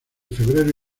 febrero